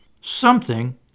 Something